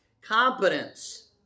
Competence